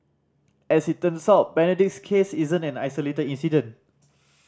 as it turns out Benedict's case isn't an isolated incident